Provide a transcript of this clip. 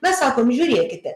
mes sakom žiūrėkite